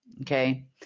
Okay